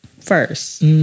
first